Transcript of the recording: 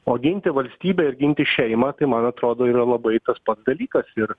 o ginti valstybę ir ginti šeimą tai man atrodo yra labai tas pats dalykas ir